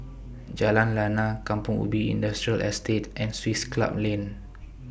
Jalan Lana Kampong Ubi Industrial Estate and Swiss Club Lane